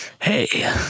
Hey